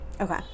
Okay